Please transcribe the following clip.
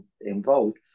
involved